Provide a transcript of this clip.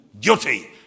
guilty